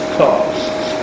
costs